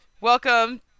welcome